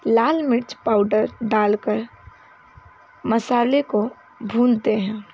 लाल मिर्च पाउडर डाल कर मसाले को भूनते हैं